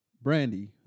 Brandy